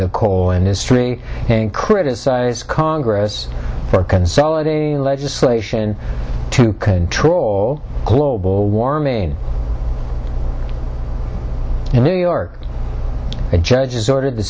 the coal industry and criticized congress for consolidating legislation to control global warming in new york a judge has ordered the